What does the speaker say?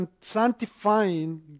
sanctifying